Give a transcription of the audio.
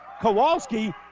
Kowalski